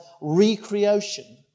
recreation